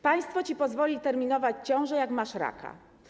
Państwo ci pozwoli terminować ciążę, jak masz raka.